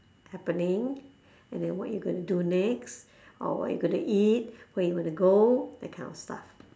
happening and then what you gonna do next or what you gonna eat where you wanna go that kind of stuff